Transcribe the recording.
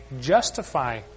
justify